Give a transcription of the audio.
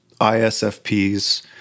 ISFPs